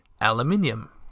aluminium